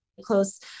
close